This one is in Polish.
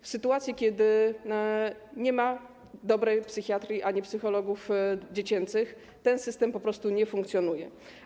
W sytuacji, kiedy nie ma dobrej psychiatrii ani psychologów dziecięcych, ten system po prostu nie funkcjonuje.